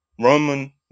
Roman